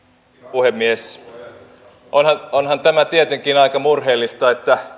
puhemies onhan tämä tietenkin aika murheellista